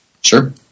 Sure